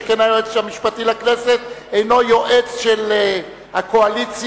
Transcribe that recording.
שכן היועץ המשפטי לכנסת אינו יועץ של הקואליציה,